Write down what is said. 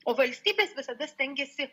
o valstybės visada stengiasi